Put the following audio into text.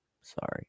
Sorry